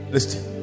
Listen